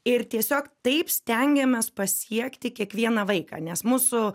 ir tiesiog taip stengiamės pasiekti kiekvieną vaiką nes mūsų